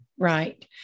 Right